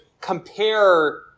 compare